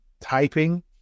typing